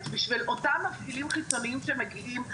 בשביל אותם מפעילים חיצוניים שמגיעים.